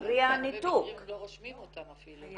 לפעמים לא רושמים אותם אפילו.